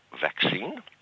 vaccine